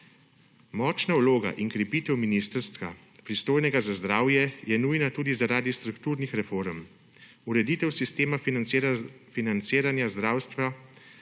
Močna vloga in krepitev ministrstva, pristojnega za zdravje, je nujna tudi zaradi strukturnih reform. Ureditev sistema financiranja zdravstva,